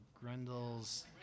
Grendel's